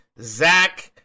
zach